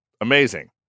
Amazing